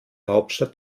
hauptstadt